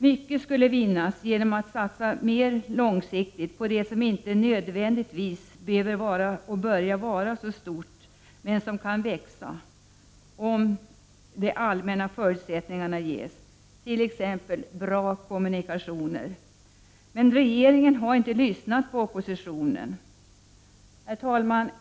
Mycket skulle vinnas om man satsade mer på det långsiktiga, på det som nödvändigtvis inte är stort i början, men som kan växa, om de allmänna förutsättningarna ges, t.ex. bra kommunikationer. Men regeringen har inte lyssnat på oppositionen. Herr talman!